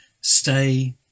stay